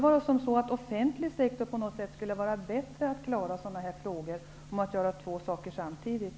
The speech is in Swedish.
Är den offentliga sektorn bättre på att klara sådana här saker och göra två saker samtidigt?